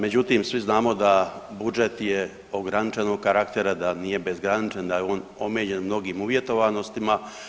Međutim, svi znamo da budžet je ograničenog karaktera da nije bezgraničan da je on omeđen mnogim uvjetovanostima.